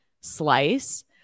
slice